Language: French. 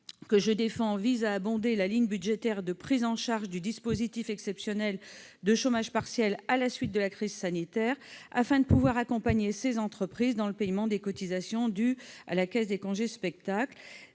amendement vise à abonder la ligne budgétaire de prise en charge du dispositif exceptionnel de chômage partiel faisant suite à la crise sanitaire, afin d'accompagner ces entreprises dans le paiement des cotisations dues à la caisse des congés spectacles.